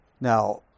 Now